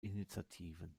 initiativen